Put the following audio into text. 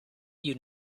you